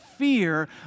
fear